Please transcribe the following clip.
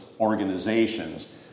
organizations